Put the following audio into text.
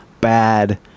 bad